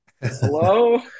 Hello